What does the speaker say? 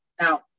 Now